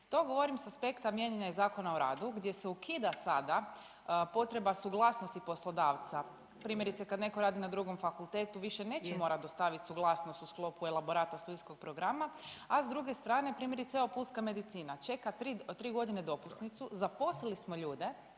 To govorim s aspekta mijenjanja Zakona o radu gdje se ukida sada potreba suglasnosti poslodavca, primjerice kad neko radi na drugom fakultetu više neće morat dostavit suglasnost u sklopu elaborata studijskog programa, a s druge strane primjerice evo pulska medicina, čeka 3.g. dopusnicu, zaposlili smo ljude,